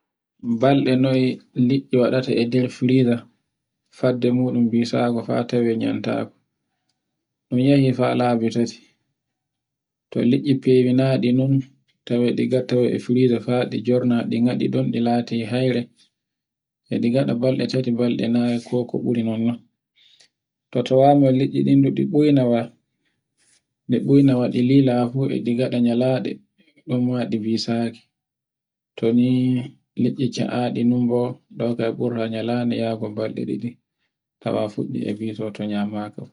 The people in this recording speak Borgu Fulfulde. Balɗe noy liɗɗi waɗata e nder firiza, fadde muɗum bisago fa tawe nyamtagu. Ɗun yehi fa labu tati, to liɗɗi fewinaɗe non tawe ɗi gatta e firiza fa ɗi jorna ɗi ngaɗi ɗon ɗi lati hayre. E ɗi ngaɗa balɗe tati, balɗe nayi, ko ko buri non no. to tawa ma liɗɗi non no ɓowina wa, ɗi ɓowina e ɗi lilawa fu e ɗi ngaɗa nyalaɗe ɗum ma ɗi bisaki. to ni liɗɗi ca'adi nun bo, ɗo kan ɓurata nyalande yago balɗe ɗiɗi tawa fuɗɗi e biso to nyamaka.